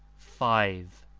five.